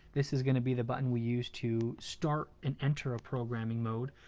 this is gonna be the button we use to start and enter a programming mode.